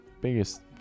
biggest